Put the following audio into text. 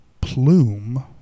plume